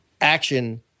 action